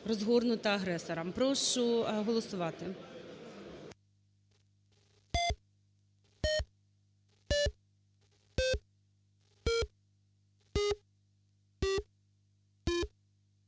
розгорнута агресором. Прошу голосувати.